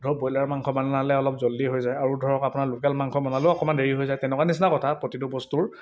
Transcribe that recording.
ধৰক বইলাৰৰ মাংস বনালে অলপ জল্দি হৈ যায় আৰু ধৰক আপোনাৰ লোকেল মাংস বনালেও অকণমান দেৰি হৈ যায় তেনেকুৱা নিচিনা কথা প্ৰতিটো বস্তুৰ